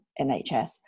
NHS